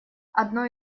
одно